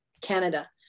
Canada